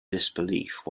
disbelief